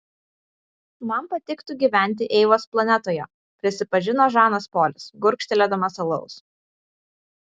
man patiktų gyventi eivos planetoje prisipažino žanas polis gurkštelėdamas alaus